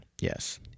Yes